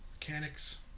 Mechanics